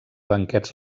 banquets